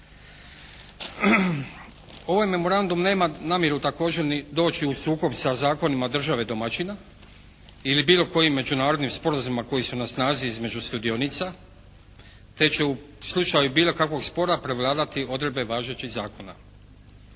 Ovaj memorandum nema namjeru također ni doći u sukob sa zakonima države domaćina ili bilo kojim međunarodnim sporazumima koji su na snazi između sudionica te će u slučaju bilo kakvog spora prevladati odredbe važećih zakona.